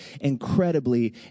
incredibly